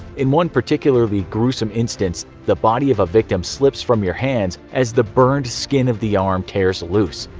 in one particularly gruesome instance, the body of a victim slips from your hands as the burned skin of the arm tears loose.